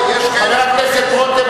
חבר הכנסת רותם,